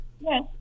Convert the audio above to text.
yes